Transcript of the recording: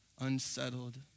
unsettled